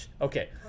Okay